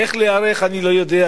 איך להיערך אני לא יודע.